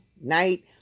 night